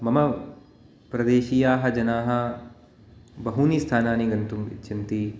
मम प्रदेशीयाः जनाः बहूनि स्थानानि गन्तुम् इच्छन्ति